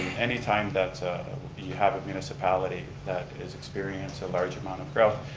any time that you have a municipality that is experiencing a large amount of growth,